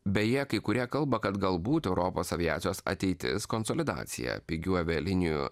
beje kai kurie kalba kad galbūt europos aviacijos ateitis konsolidacija pigių avialinijų